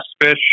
fish